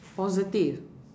positive